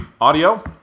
audio